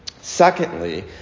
Secondly